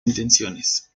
intenciones